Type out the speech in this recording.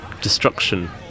destruction